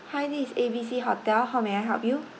hi this is A B C hotel how may I help you